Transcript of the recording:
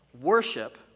Worship